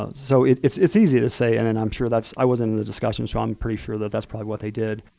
ah so it's it's easy to say. and and i'm sure that's i wasn't in the discussion so i'm pretty sure that that's probably what they did.